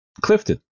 Clifton